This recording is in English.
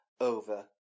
over